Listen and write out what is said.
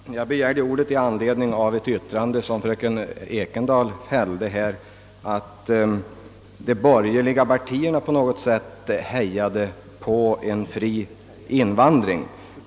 Herr talman! Jag begärde ordet med anledning av fru Ekendahls yttrande, att de borgerliga partierna hejade på en frivillig invandring.